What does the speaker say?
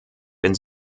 wenn